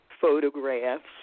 photographs